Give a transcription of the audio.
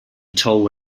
tall